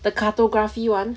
the cartography one